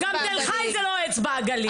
גם תל חי זה לא אצבע הגליל.